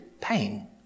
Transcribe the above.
pain